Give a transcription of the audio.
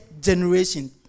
generation